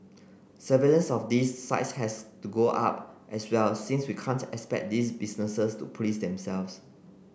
surveillance of these sites has to go up as well since we can't expect these businesses to police themselves